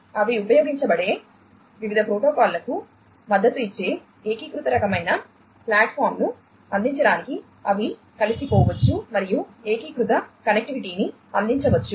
అవి ఉపయోగించబడే వివిధ ప్రోటోకాల్లకు మద్దతు ఇచ్చే ఏకీకృత రకమైన ప్లాట్ఫామ్ను అందించడానికి అవి కలిసిపోవచ్చు మరియు ఏకీకృత కనెక్టివిటీని అందించవచ్చు